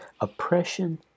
oppression